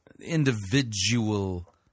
individual